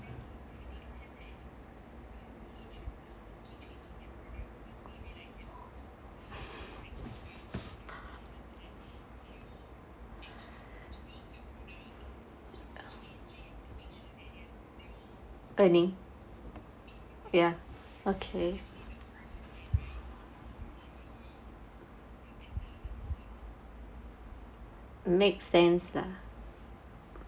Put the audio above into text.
earning ya okay makes sense lah